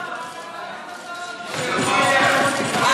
44 חברי כנסת